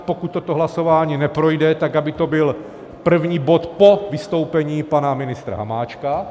Pokud toto hlasování neprojde, tak aby to byl první bod po vystoupení pana ministra Hamáčka.